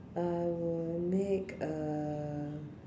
I will make a